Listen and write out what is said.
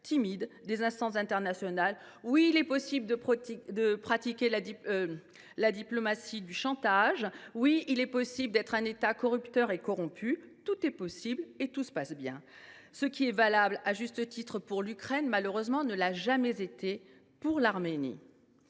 timides des instances internationales ! Oui, il est possible de pratiquer la diplomatie du chantage. Oui, il est possible d’être un État corrupteur et corrompu. Tout est possible et tout se passe bien… Malheureusement, ce qui est valable pour l’Ukraine, à juste titre, ne l’a jamais été pour l’Arménie.